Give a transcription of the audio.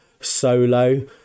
solo